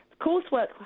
coursework